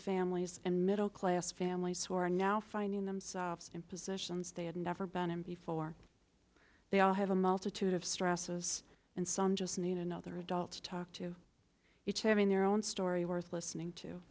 families and middle class families who are now finding themselves in positions they had never been in before they all have a multitude of stresses and some just need another adult to talk to each having their own story worth listening to